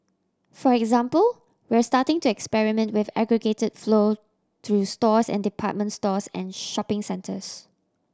for example we're starting to experiment with aggregated flow through stores and department stores and shopping centres